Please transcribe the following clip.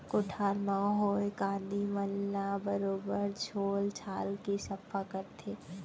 कोठार म होए कांदी मन ल बरोबर छोल छाल के सफ्फा करथे